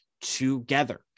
together